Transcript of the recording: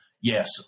yes